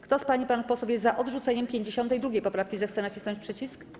Kto z pań i panów posłów jest za odrzuceniem 52. poprawki, zechce nacisnąć przycisk.